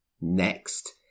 Next